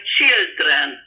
children